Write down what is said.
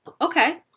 okay